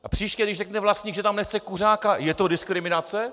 A příště, když řekne vlastník, že tam nechce kuřáka, je to diskriminace?